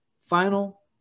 final